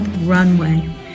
Runway